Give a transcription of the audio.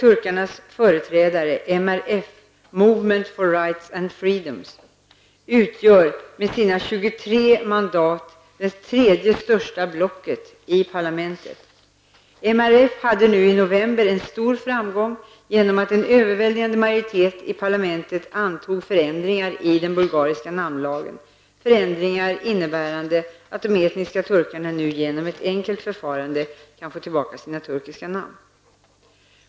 utgör med sina 23 mandat det tredje största blocket i parlamentet. MRF hade nu i november en stor framgång genom att en överväldigande majoritet i parlamentet antog förändringar i den bulgariska namnlagen. Förändringarna innebär att de etniska turkarna nu genom ett enkelt förfarande kan få tillbaka sina turkiska namn.